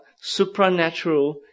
supernatural